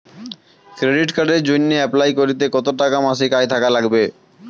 Credit কার্ডের জইন্যে apply করিতে কতো টাকা মাসিক আয় থাকা নাগবে?